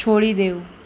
છોડી દેવું